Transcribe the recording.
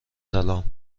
سلام